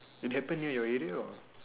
it happened near your area or